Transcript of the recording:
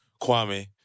Kwame